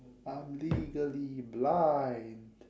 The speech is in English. I'm legally blind